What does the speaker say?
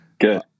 good